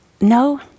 no